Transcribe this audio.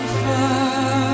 far